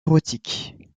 érotique